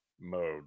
mode